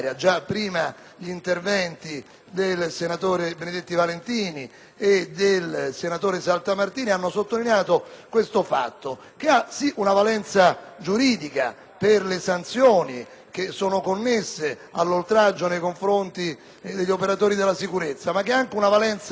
e del senatore Saltamartini hanno sottolineato questo fatto, che ha una valenza giuridica per le sanzioni che sono connesse all'oltraggio nei confronti degli operatori della sicurezza, ma anche una valenza di ordine morale. Dedichiamo pertanto a tutti coloro che operano